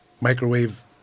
microwave